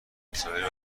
وسایل